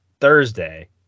Thursday